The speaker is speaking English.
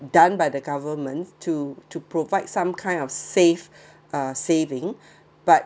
done by the government to to provide some kind of save uh saving but